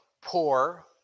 poor